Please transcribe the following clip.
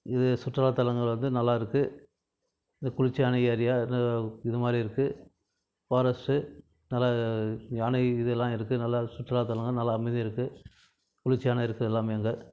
இது சுற்றுலாத்தலங்கள் வந்து நல்லா இருக்குது இது குளிர்ச்சியான ஏரியா இன்னும் இது மாதிரி இருக்குது ஃபாரஸ்ட்டு நல்லா யானை இதெல்லாம் இருக்குது நல்லா சுற்றுலாத்தலம் நல்லா அமைதியாக இருக்குது குளிர்ச்சியான இருக்குது எல்லாமே அங்கே